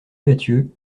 mathieu